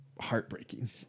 heartbreaking